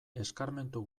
eskarmentu